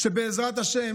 שבעזרת ה'